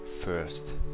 first